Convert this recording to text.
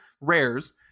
rares